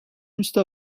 juste